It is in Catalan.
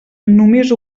només